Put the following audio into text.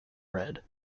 red